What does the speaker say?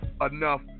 enough